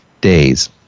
days